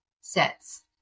sets